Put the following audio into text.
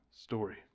story